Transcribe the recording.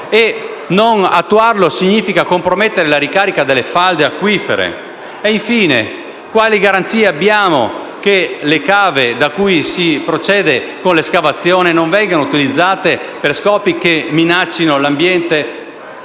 non attuarlo significa compromettere la ricarica delle falde acquifere. Infine, quali garanzie abbiamo che le cave da cui si procede con l'escavazione non vengano utilizzate per scopi che minaccino l'ambiente